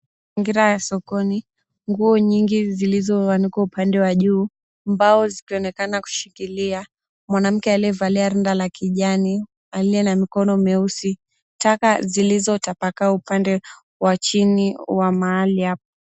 Mazingira ya sokoni nguo nyingi zilizoanikwa upande wa juu, mbao zikionekana kushikilia, mwanamke aliyevalia rinda la kijani aliye na mikono meusi, taka zilizotapakaa upande wa chini wa mahali hapo.